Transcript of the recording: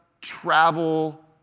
travel